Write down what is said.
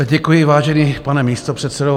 Děkuji, vážený pane místopředsedo.